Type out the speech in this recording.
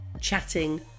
chatting